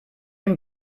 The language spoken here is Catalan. amb